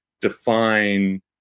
define